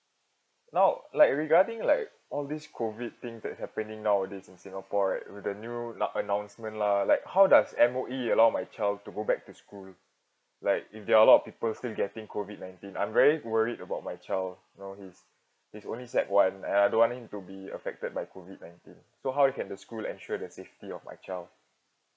now like regarding like all this COVID thing that happening nowadays in singapore right with the new nou~ announcement lah like how does M_O_E allow my child to go back to school like if there're a lot of people still getting COVID nineteen I'm very worried about my child now he's he's only sec one and I don't want him to be affected by COVID nineteen so how can the school ensure the safety of my child